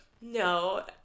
No